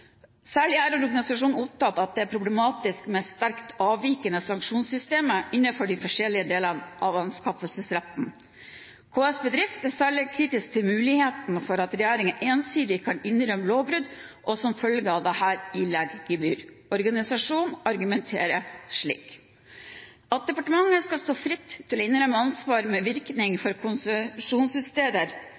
er organisasjonen opptatt av at det er problematisk med «sterkt avvikende sanksjonssystemer innenfor de forskjellige delene av anskaffelsesretten». KS Bedrift er særlig kritisk til muligheten for at regjeringen ensidig kan innrømme lovbrudd og som følge av dette ilegge gebyr. Organisasjonen argumenterer slik: «At departementet skal stå fritt til å innrømme ansvar med virkning for konsesjonsutsteder,